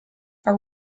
are